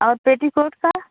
और पेटीकोट का